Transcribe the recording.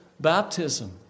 baptism